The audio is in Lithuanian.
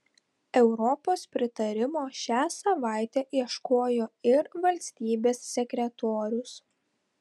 europos pritarimo šią savaitę ieškojo ir valstybės sekretorius